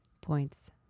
points